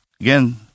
again